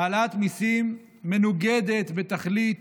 העלאת מיסים מנוגדת בתכלית